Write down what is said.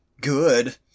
good